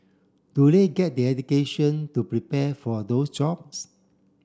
do they get the education to prepare for those jobs